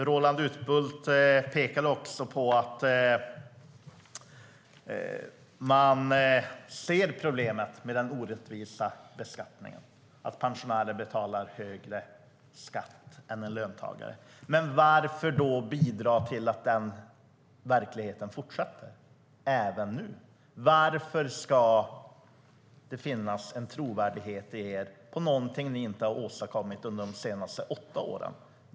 Roland Utbult pekade på att man ser problemet med den orättvisa beskattningen, att pensionärer betalar högre skatt än löntagare, men varför då bidra till att den verkligheten fortsätter? Varför ska det finnas någon trovärdighet i det ni nu säger när ni inte åstadkommit det under de senaste åtta åren?